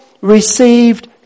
received